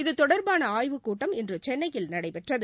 இது தொடர்பான ஆய்வுக்கூட்டம் இன்று சென்னையில் நடைபெற்றது